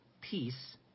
peace